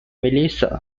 melissa